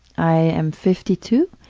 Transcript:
i am fifty two.